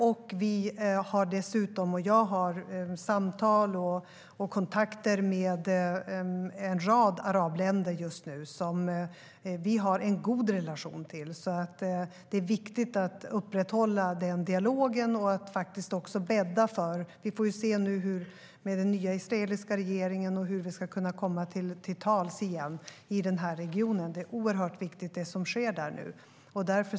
Jag har dessutom samtal och kontakter med en rad arabländer just nu, länder som vi har en god relation till. Det är viktigt att upprätthålla den dialogen. Nu får vi se hur det går med den nya israeliska regeringen och hur vi ska bädda för att kunna komma till tals i den regionen igen. Det som sker där nu är oerhört viktigt.